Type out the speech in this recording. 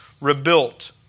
rebuilt